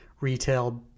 retail